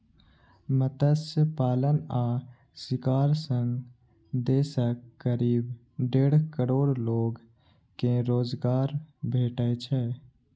मत्स्य पालन आ शिकार सं देशक करीब डेढ़ करोड़ लोग कें रोजगार भेटै छै